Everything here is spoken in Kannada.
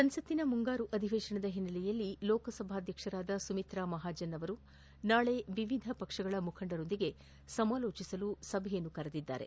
ಸಂಸತ್ ಮುಂಗಾರು ಅಧಿವೇಶನ ಹಿನ್ನೆಲೆಯಲ್ಲಿ ಲೋಕಸಭಾಧ್ಯಕ್ಷರಾದ ಸುಮಿತ್ರ ಮಹಾಜನ್ ನಾಳಿ ವಿವಿಧ ಪಕ್ಷಗಳ ಮುಖಂಡರೊಂದಿಗೆ ಸಮಾಲೋಚಿಸಲು ಸಭೆ ಕರೆದಿದ್ದಾರೆ